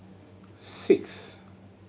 six